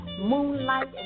moonlight